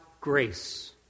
grace